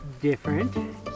different